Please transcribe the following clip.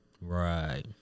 Right